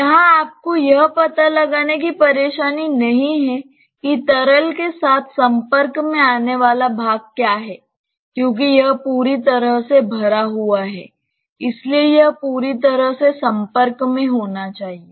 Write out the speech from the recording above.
यहां आपको यह पता लगाने की परेशानी नहीं है कि तरल के साथ संपर्क में आने वाला भाग क्या है क्योंकि यह पूरी तरह से भरा हुआ है इसलिए यह पूरी तरह से संपर्क में होना चाहिए